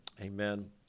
amen